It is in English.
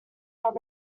are